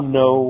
no